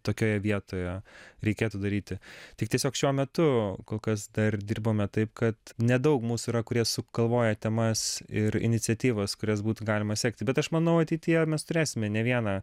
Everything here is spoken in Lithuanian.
tokioje vietoje reikėtų daryti tik tiesiog šiuo metu kol kas dar dirbome taip kad nedaug mūsų yra kurie sugalvoja temas ir iniciatyvas kurias būtų galima sekti bet aš manau ateityje mes turėsime ne vieną